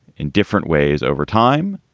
in different ways over time,